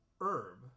herb